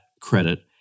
credit